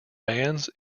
bands